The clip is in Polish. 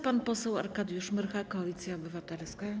Pan poseł Arkadiusz Myrcha, Koalicja Obywatelska.